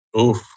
Oof